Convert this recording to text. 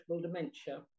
dementia